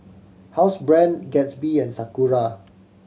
Housebrand Gatsby and Sakura